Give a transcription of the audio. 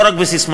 לא רק בססמאות,